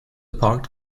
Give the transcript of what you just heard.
parked